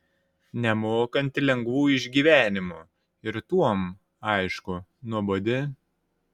nemokanti lengvų išgyvenimų ir tuom aišku nuobodi